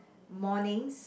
mornings